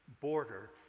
border